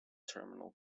terminal